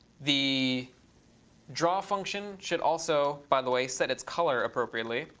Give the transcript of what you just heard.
the draw function should also, by the way, set its color appropriately.